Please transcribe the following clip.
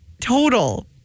total